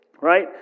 right